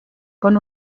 con